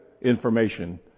information